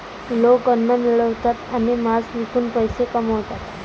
लोक अन्न मिळवतात आणि मांस विकून पैसे कमवतात